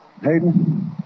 Hayden